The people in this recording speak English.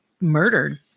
murdered